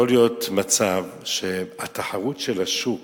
יכול להיות מצב שהתחרות של השוק,